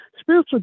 spiritual